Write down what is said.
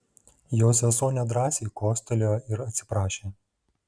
jo sesuo nedrąsai kostelėjo ir atsiprašė